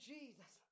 Jesus